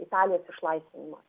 italijos išlaisvinimas